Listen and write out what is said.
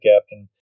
captain